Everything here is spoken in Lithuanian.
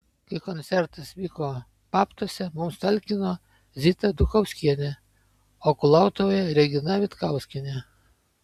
kai koncertas vyko babtuose mums talkino zita duchovskienė o kulautuvoje regina vitkauskienė